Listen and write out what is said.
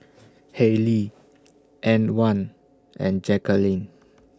Haylie Antwan and Jaqueline